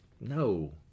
no